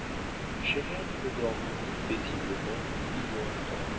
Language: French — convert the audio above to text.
homme chesnel ne dormit ni paisiblement ni long-temps